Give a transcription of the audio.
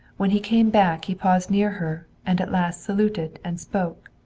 when he came back he paused near her, and at last saluted and spoke.